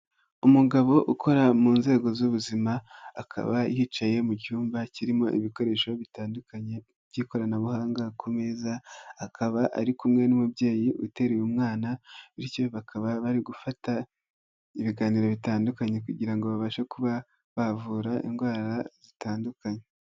Umugabo ukora mu nzego z'ubuzima akaba yicaye mu cyumba kirimo ibikoresho bitandukanye by'ikoranabuhanga ku meza, akaba ari kumwe n'umubyeyi uteruye umwana bityo bakaba bari gufata ibiganiro bitandukanye kugira ngo babashe kuba bavura indwara zitandukanye.